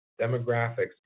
demographics